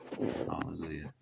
Hallelujah